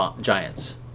giants